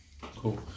Cool